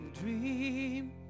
Dream